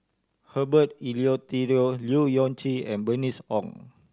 Herbert Eleuterio Leu Yew Chye and Bernice Ong